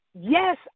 Yes